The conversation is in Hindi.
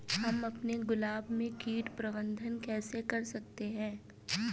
हम अपने गुलाब में कीट प्रबंधन कैसे कर सकते है?